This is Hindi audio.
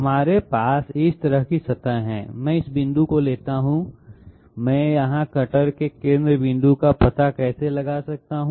हमारे पास इस प्रकार की सतह है मैं इस बिंदु को लेता हूं मैं यहां कटर के केंद्र बिंदु का पता कैसे लगा सकता हूं